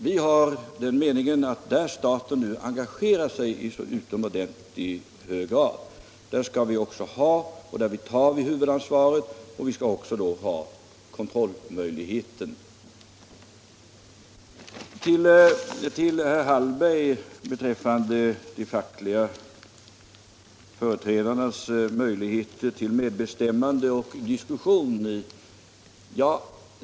Vi har den meningen att när staten nu engagerar sig i så utomordentligt hög grad skall vi också ha huvudansvaret, och vi skall även ha kontrollmöjligheten. Sedan några ord till herr Hallgren beträffande de fackliga företrädarnas möjligheter till medbestämmande och diskussion.